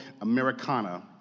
Americana